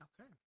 Okay